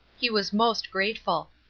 he was most grateful.